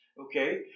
okay